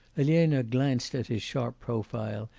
elena glanced at his sharp profile,